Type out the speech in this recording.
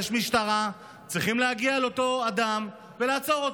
יש משטרה, צריכים להגיע לאותו אדם ולעצור אותו.